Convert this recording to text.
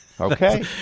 Okay